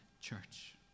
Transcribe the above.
church